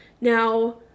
Now